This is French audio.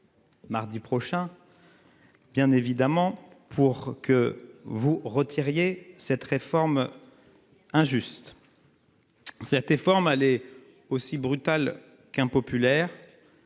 Mardi prochain. Bien évidemment, pour que vous retiriez cette réforme. Injuste. Ça es forme allez aussi brutale qu'impopulaire.